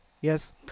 Yes